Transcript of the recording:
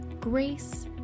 Grace